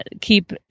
keep